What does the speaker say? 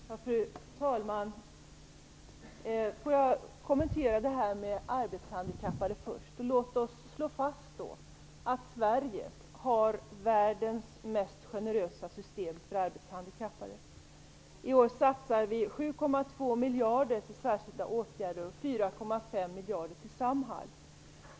Fru talman! Får jag kommentera frågan om de arbetshandikappade först. Låt oss slå fast att Sverige har världens mest generösa system för arbetshandikappade. I år satsar vi 7,2 miljarder på särskilda åtgärder och 4,5 miljarder på Samhall.